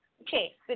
okay